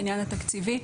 העניין התקציבי.